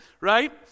right